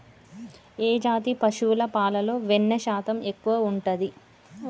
ఏ జాతి పశువుల పాలలో వెన్నె శాతం ఎక్కువ ఉంటది?